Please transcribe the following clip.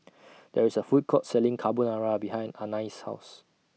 There IS A Food Court Selling Carbonara behind Anais' House